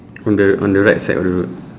on the on the right side of the road